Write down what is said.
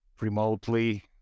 remotely